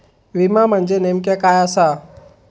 विमा म्हणजे नेमक्या काय आसा?